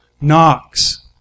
Knox